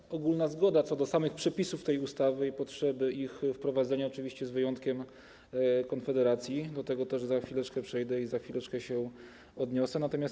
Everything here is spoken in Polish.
Jest ogólna zgoda co do samych przepisów tej ustawy i potrzeby ich wprowadzenia, oczywiście z wyjątkiem Konfederacji - do tego też za chwileczkę przejdę, odniosę się do tego.